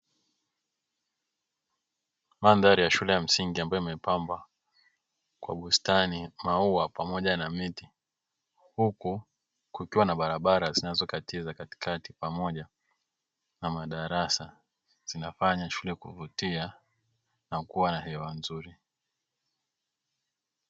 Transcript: Mandhari ya shule ya msingi ambayo imepambwa kwa bustani, maua, pamoja na miti, huku kukiwa na barabara zinazokatiza katikati pamoja na madarasa zinafanya shule kuvutia na kuwa na hewa nzuri.